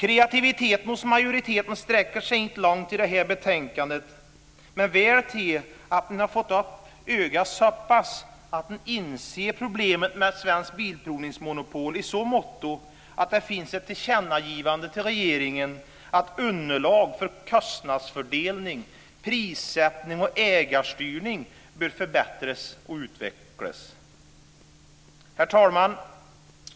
Kreativiteten hos majoriteten sträcker sig inte långt i detta betänkande, men man har ändå fått upp ögonen så pass att man inser problemet med Svensk Bilprovnings monopol och föreslår ett tillkännagivande till regeringen att underlag för kostnadsfördelning, prissättning och ägarstyrning bör förbättras och utvecklas. Herr talman!